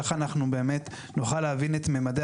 כך אנחנו באמת נוכל להבין את ממדי